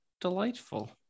delightful